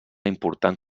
important